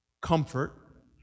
comfort